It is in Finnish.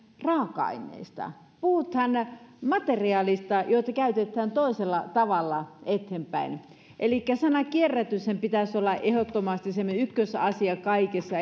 raaka aineista puhutaan materiaaleista joita käytetään toisella tavalla eteenpäin elikkä sanan kierrätys pitäisi olla ehdottomasti se meidän ykkösasiamme kaikessa